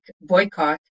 boycott